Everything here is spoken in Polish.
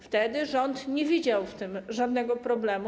Wtedy rząd nie widział w tym żadnego problemu.